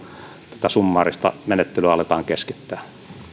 tätä summaarista menettelyä aletaan keskittää